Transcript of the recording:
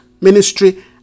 ministry